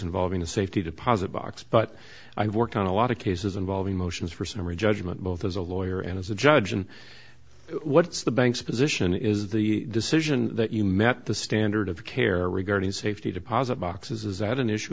involving a safety deposit box but i worked on a lot of cases involving motions for summary judgment both as a lawyer and as a judge and what's the banks position is the decision that you met the standard of care regarding safety deposit boxes is that an issue